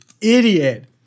idiot